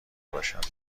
باشد